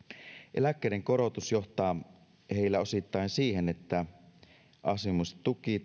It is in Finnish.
eläkkeiden korotus johtaa heillä osittain siihen että asumistuki